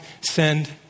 send